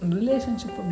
Relationship